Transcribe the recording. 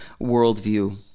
worldview